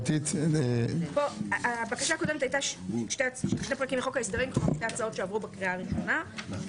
1. פרק ו' (פסולת בניין) מתוך הצעת חוק התכנית הכלכלית (תיקוני